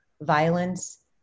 violence